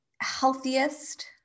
healthiest